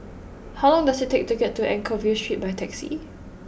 how long does it take to get to Anchorvale Street by taxi